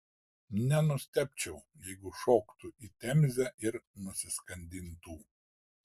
nenustebčiau jeigu šoktų į temzę ir nusiskandintų